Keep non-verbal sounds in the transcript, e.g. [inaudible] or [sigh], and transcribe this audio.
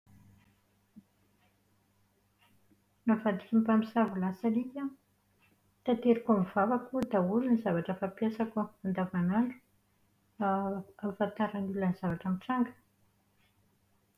Navadiky ny mpamosavy ho lasa alika aho. Tateriko amin'ny vavako daholo ny zavatra fampiasako andavanandro [hesitation] ahafantaran'ny olona ny zavatra mitranga.